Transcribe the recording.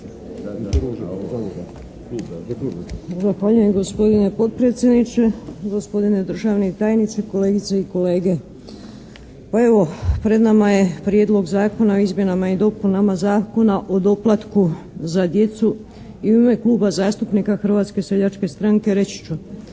Zahvaljujem gospodine potpredsjedniče, gospodine državni tajniče, kolegice i kolege. Pa evo, pred nama je Prijedlog zakona o izmjenama i dopunama Zakona o doplatu za djecu i u ime Kluba zastupnika Hrvatske seljačke stranke reći ću